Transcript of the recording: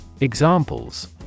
Examples